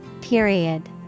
Period